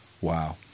Wow